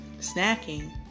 snacking